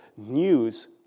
news